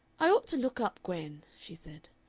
i ought to look up gwen, she said.